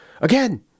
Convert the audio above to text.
Again